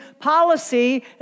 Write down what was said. policy